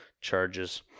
charges